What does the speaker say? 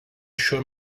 šiuo